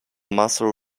muscle